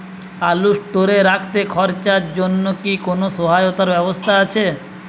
আলু স্টোরে রাখতে খরচার জন্যকি কোন সহায়তার ব্যবস্থা আছে?